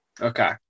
Okay